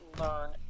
learn